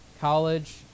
College